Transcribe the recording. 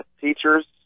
teachers